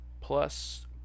plus